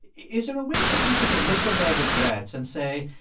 is there a way for people to look at their regrets and say,